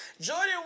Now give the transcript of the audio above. Jordan